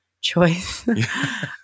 choice